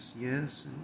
yes